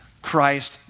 Christ